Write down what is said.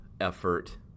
effort